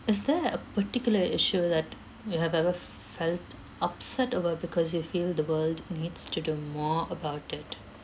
is there a particular issue that you have ever f~ felt upset over because you feel the world needs to do more about it